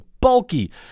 bulky